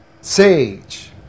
Sage